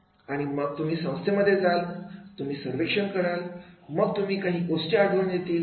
आणि मग तुम्ही संस्थेमध्ये जाल तुम्ही सर्वेक्षण कराल मग तुम्हाला काही गोष्टी आढळून येतील